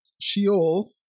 Sheol